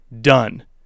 done